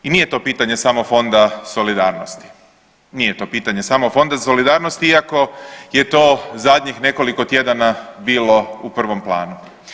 I nije to pitanje samo Fonda solidarnosti, nije to pitanje samo Fonda solidarnosti iako je to zadnjih nekoliko tjedana bilo u prvom planu.